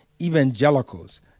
evangelicals